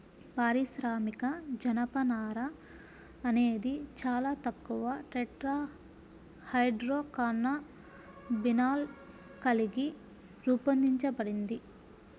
పారిశ్రామిక జనపనార అనేది చాలా తక్కువ టెట్రాహైడ్రోకాన్నబినాల్ కలిగి రూపొందించబడింది